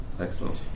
Excellent